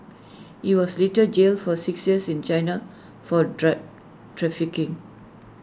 he was later jailed for six years in China for drug trafficking